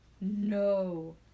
No